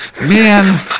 Man